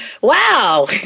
Wow